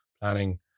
planning